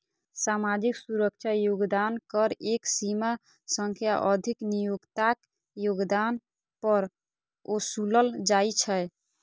सामाजिक सुरक्षा योगदान कर एक सीमा सं अधिक नियोक्ताक योगदान पर ओसूलल जाइ छै